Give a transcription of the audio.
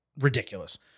ridiculous